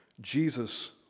Jesus